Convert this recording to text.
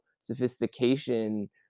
sophistication